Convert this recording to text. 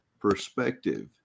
perspective